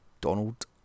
Donald